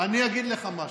אני אגיד לך משהו,